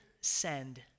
send